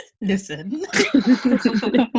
listen